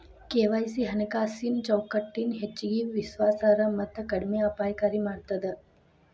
KYC ಹಣಕಾಸಿನ್ ಚೌಕಟ್ಟನ ಹೆಚ್ಚಗಿ ವಿಶ್ವಾಸಾರ್ಹ ಮತ್ತ ಕಡಿಮೆ ಅಪಾಯಕಾರಿ ಮಾಡ್ತದ